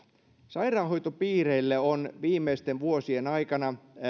sairaanhoitopiireille on viimeisten vuosien aikana